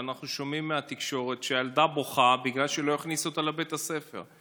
שאנחנו שומעים מהתקשורת שילדה בוכה בגלל שלא הכניסו אותה לבית הספר.